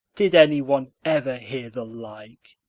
did anyone ever hear the like?